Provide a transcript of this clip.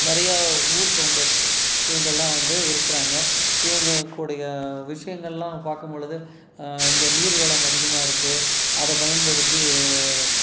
நிறையா ஊர் கவுண்டர்ஸ் இவங்கள்லாம் வந்து இருக்கிறாங்க இவங்க கூடிய விஷயங்கள்லாம் பார்க்கும்பொழுது இங்கே நீர்வளம் அதிகமாக இருக்குது அதை பயன்படுத்தி